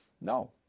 No